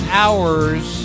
hours